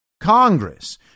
Congress